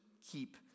keep